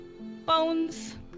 bones